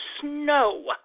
snow